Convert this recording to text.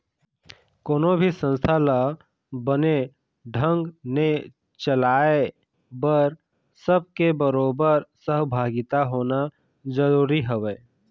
कोनो भी संस्था ल बने ढंग ने चलाय बर सब के बरोबर सहभागिता होना जरुरी हवय